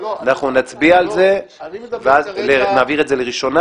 אנחנו נצביע על זה ואז נעביר את זה לראשונה.